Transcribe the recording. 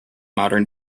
modern